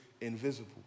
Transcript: invisible